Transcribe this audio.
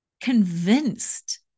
convinced